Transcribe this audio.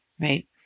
right